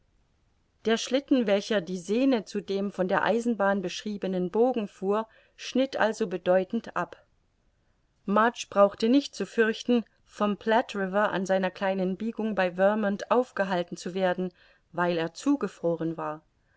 der schlitten welcher die sehne zu dem von der eisenbahn beschriebenen bogen fuhr schnitt also bedeutend ab mudge brauchte nicht zu fürchten vom platte river an seiner kleinen biegung bei vermont aufgehalten zu werden weil er zugefroren war